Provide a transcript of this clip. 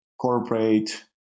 corporate